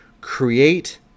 create